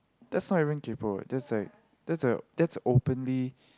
that's not even kaypo right that's like that's a that's openly